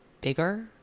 bigger